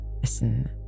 listen